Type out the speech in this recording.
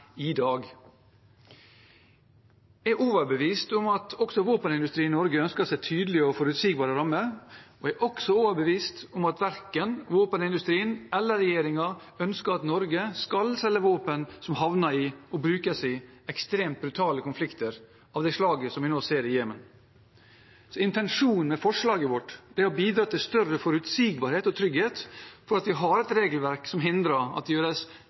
i dag. Jeg er overbevist om at også våpenindustrien i Norge ønsker seg tydelige og forutsigbare rammer, og jeg er også overbevist om at verken våpenindustrien eller regjeringen ønsker at Norge skal selge våpen som havner i og brukes i ekstremt brutale konflikter, av det slaget som vi nå ser i Jemen. Intensjonen med forslaget vårt er å bidra til større forutsigbarhet og trygghet for at vi har et regelverk som hindrer at det gjøres